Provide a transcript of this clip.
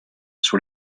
sur